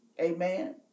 Amen